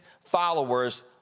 followers